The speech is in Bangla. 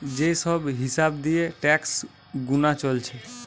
যে সব হিসাব দিয়ে ট্যাক্স গুনা চলছে